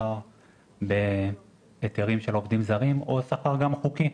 סחר בהיתרים של עובדים זרים או גם סחר חוקי,